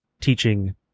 teaching